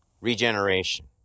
Regeneration